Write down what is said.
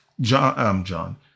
John